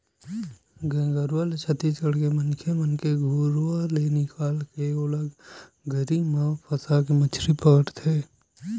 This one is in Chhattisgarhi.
गेंगरूआ ल छत्तीसगढ़ के मनखे मन घुरुवा ले निकाले के ओला गरी म फंसाके मछरी धरथे